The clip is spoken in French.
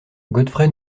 godfrey